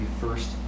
first